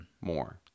more